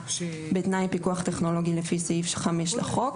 בתנאי פיקוח טכנולוגי לפי סעיף 5 לחוק,